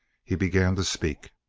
he began to speak.